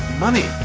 money